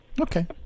okay